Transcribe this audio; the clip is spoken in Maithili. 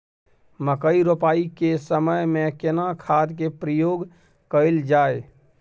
मकई रोपाई के समय में केना खाद के प्रयोग कैल जाय?